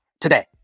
today